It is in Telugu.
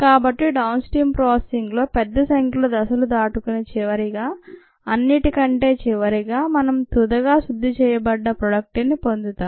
కాబట్టి డౌన్ స్ట్రీమ్ ప్రాసెసింగ్ లో పెద్ద సంఖ్యలో దశలు దాటుకుని చివరిగా అన్నిటికన్నా చివరగా మనం తుదగా శుద్ధి చేయబడ్డ ప్రొడక్ట్ ని పొందుతాం